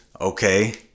okay